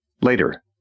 Later